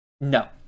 No